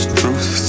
truth